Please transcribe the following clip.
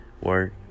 Work